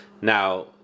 Now